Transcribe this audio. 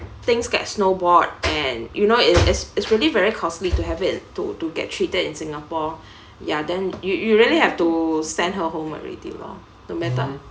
things get snowballed and you know it it's it's really very costly to have it to to get treated in singapore ya then you you really have to send her home already lor no matter